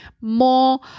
more